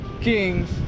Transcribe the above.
Kings